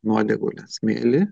nuodėgulė smėlį